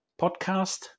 podcast